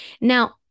Now